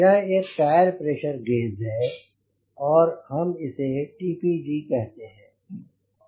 यह एक tyre pressure gauge है हम इसे TPG कहते हैं